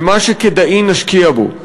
ומה שכדאי נשקיע בו,